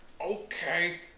Okay